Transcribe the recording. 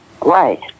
Right